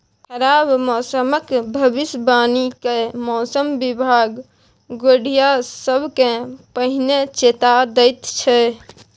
खराब मौसमक भबिसबाणी कए मौसम बिभाग गोढ़िया सबकेँ पहिने चेता दैत छै